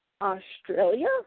Australia